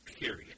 Period